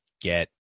get